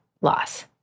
loss